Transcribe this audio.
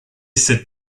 cette